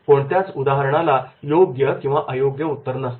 कोणत्याच उदाहरणाला योग्य किंवा अयोग्य उत्तर नसते